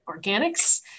organics